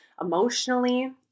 emotionally